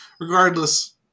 Regardless